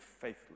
faithless